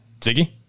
ziggy